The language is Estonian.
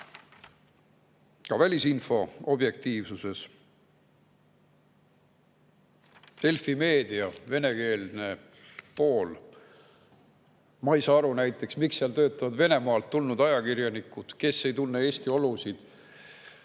ka välisinfo objektiivsuse kohta. Delfi Meedia venekeelne pool – ma ei saa näiteks aru, miks seal töötavad Venemaalt tulnud ajakirjanikud, kes ei tunne Eesti olusid,